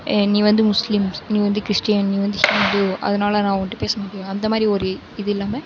நீ வந்து முஸ்லீம்ஸ் நீ வந்து கிறிஸ்டீன் நீ வந்து ஹிந்து அதனால நான் ஒன்கிட்ட பேச மாட்டேன் அந்த மாதிரி ஒரு இது இல்லாம